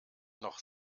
noch